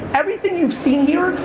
everything you've seen here,